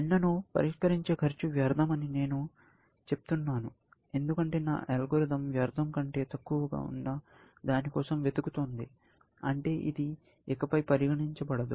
N ను పరిష్కరించే ఖర్చు వ్యర్థమని నేను చెప్తున్నాను ఎందుకంటే నా అల్గోరిథం వ్యర్థం కంటే తక్కువగా ఉన్న దాని కోసం వెతుకుతోంది అంటే ఇది ఇకపై పరిగణింపబడదు